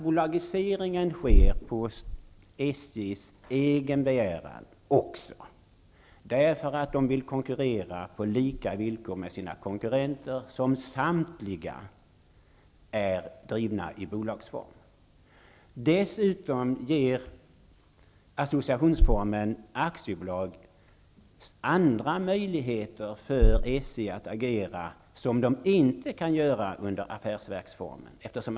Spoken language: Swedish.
Bolagiseringen sker också på SJ:s egen begäran. SJ vill konkurrera på lika villkor med sina konkurrenter. Samtliga är drivna i bolagsform. Dessutom ger associationsformen aktiebolag andra möjligheter för SJ att agera som inte affärsverksformen ger.